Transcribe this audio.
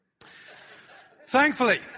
Thankfully